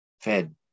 fed